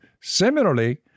Similarly